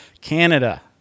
Canada